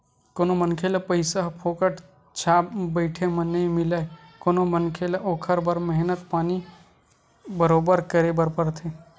कोनो मनखे ल पइसा ह फोकट छाप बइठे म नइ मिलय कोनो मनखे ल ओखर बर मेहनत पानी बरोबर करे बर परथे